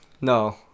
No